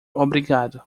obrigado